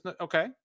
Okay